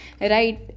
Right